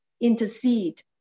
intercede